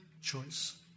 choice